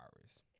hours